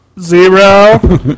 Zero